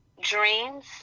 Dreams